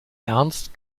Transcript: ernst